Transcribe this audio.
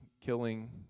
killing